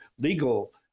legal